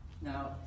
now